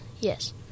Yes